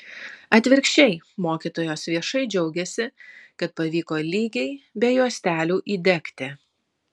atvirkščiai mokytojos viešai džiaugiasi kad pavyko lygiai be juostelių įdegti